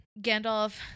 Gandalf